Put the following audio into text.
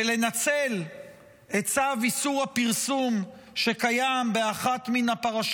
ולנצל את צו איסור הפרסום שקיים באחת מן הפרשות